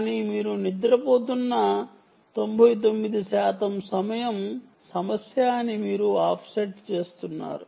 కానీ మీరు నిద్రపోతున్న 99 శాతం సమయం సమస్య అని మీరు ఆఫ్సెట్ చేస్తున్నారు